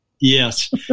Yes